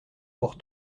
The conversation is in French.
pour